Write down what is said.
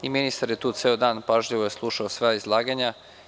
Ministar je tu ceo dan, pažljivo je slušao sva izlaganja.